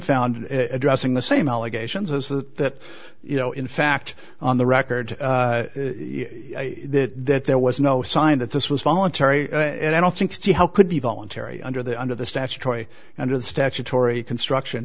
found addressing the same allegations is that you know in fact on the record that there was no sign that this was voluntary and i don't think see how could be voluntary under the under the statutory under the statutory construction